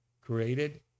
created